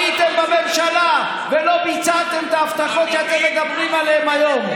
הייתם בממשלה ולא ביצעתם את ההבטחות שאתם מדברים עליהן היום.